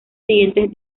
siguientes